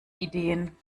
ideen